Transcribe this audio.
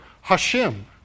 Hashem